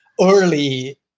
early